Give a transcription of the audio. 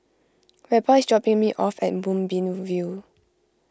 Reba is dropping me off at Moonbeam View